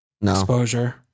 exposure